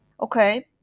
Okay